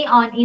on